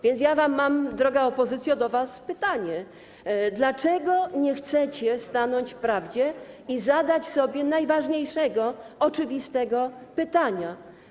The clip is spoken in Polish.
Więc ja mam do was, droga opozycjo, pytanie: Dlaczego nie chcecie stanąć w prawdzie i zadać sobie najważniejszego, oczywistego pytania?